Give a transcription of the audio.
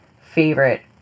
favorite